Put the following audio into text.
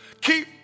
Keep